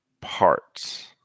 parts